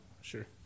Sure